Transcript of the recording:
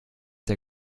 der